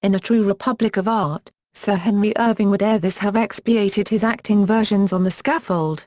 in a true republic of art, sir henry irving would ere this have expiated his acting versions on the scaffold.